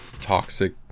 toxic